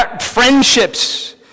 friendships